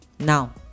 now